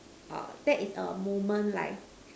err that is a moment like